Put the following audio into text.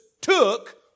took